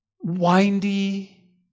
windy